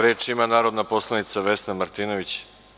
Reč ima narodni poslanik Vesna Martinović.